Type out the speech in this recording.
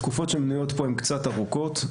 התקופות שמנויות פה הן קצת ארוכות.